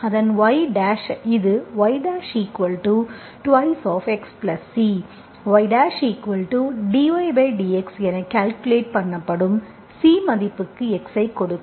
அதன் y dash y இது y2xc ydydx எனக் கால்க்குலேட் பண்ணப்படும் C மதிப்புக்கு x ஐக் கொடுக்கும்